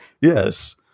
Yes